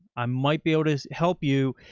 i might be able to help you,